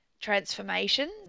transformation